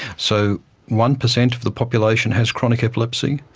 so one percent of the population has chronic epilepsy,